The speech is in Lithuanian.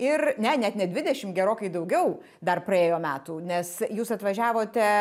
ir ne net ne dvidešim gerokai daugiau dar praėjo metų nes jūs atvažiavote